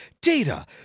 Data